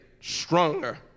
stronger